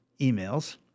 emails